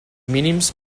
mínims